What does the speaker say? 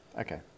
Okay